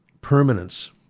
permanence